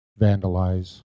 vandalize